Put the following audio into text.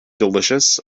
delicious